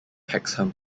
hexham